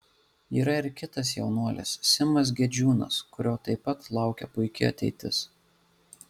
yra ir kitas jaunuolis simas gedžiūnas kurio taip pat laukia puiki ateitis